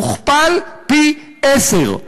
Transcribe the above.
מוכפל פי-עשרה,